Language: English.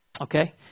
Okay